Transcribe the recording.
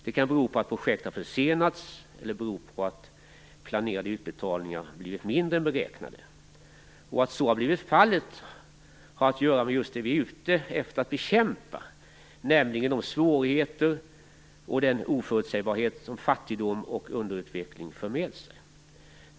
Det kan bero på att projekt har försenats eller på att planerade utbetalningar har blivit mindre än beräknat. Att så har blivit fallet har att göra med just det som vi är ute efter att bekämpa, nämligen de svårigheter och den oförutsägbarhet som fattigdom och underutveckling för med sig.